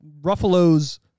Ruffalo's